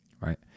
right